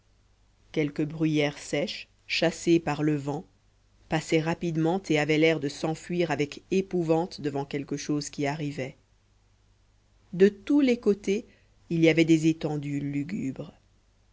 quelques bruyères sèches chassées par le vent passaient rapidement et avaient l'air de s'enfuir avec épouvante devant quelque chose qui arrivait de tous les côtés il y avait des étendues lugubres